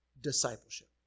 discipleship